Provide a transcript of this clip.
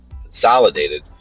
consolidated